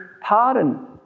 pardon